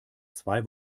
zwei